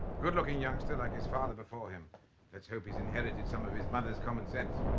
good looking youngster like his father before him let's hope he's inherited some of his mother's common sense.